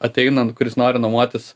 ateinan kuris nori nuomotis